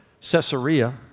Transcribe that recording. Caesarea